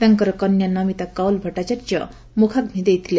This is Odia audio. ତାଙ୍କର କନ୍ୟା ନମିତା କାଉଲ ଭଟ୍ଟାଚାର୍ଯ୍ୟ ମୁଖାଗ୍ନି ଦେଇଥିଲେ